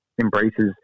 embraces